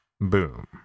Boom